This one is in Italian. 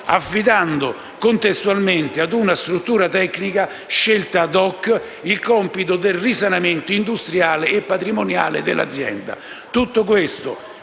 affidando contestualmente ad una struttura tecnica scelta *ad hoc* il compito del risanamento industriale e patrimoniale dell'azienda.